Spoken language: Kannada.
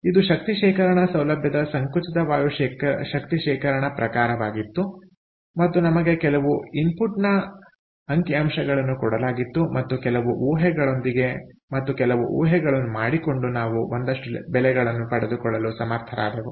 ಇದು ಶಕ್ತಿ ಶೇಖರಣಾ ಸೌಲಭ್ಯದ ಸಂಕುಚಿತ ವಾಯು ಶಕ್ತಿ ಶೇಖರಣಾ ಪ್ರಕಾರವಾಗಿತ್ತು ಮತ್ತು ನಮಗೆ ಕೆಲವು ಇನ್ಪುಟ್ನ ಅಂಕಿಅಂಶಗಳನ್ನು ಕೊಡಲಾಗಿತ್ತು ಮತ್ತು ಕೆಲವು ಊಹೆಗಳೊಂದಿಗೆ ಮತ್ತು ಕೆಲವು ಊಹೆಗಳನ್ನು ಮಾಡಿಕೊಂಡು ನಾವು ಒಂದಷ್ಟು ಬೆಲೆಗಳನ್ನು ಪಡೆದುಕೊಳ್ಳಲು ಸಮರ್ಥರಾದೆವು